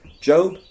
Job